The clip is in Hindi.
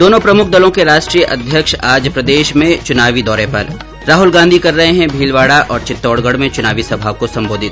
दोनो प्रमुख दलों के राष्ट्रीय अध्यक्ष आज प्रदेश में चुनावी दौरे पर राहुल गांधी कर रहे है भीलवाडा और चित्तौडगढ में चुनावी सभा को संबोधित